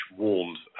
warned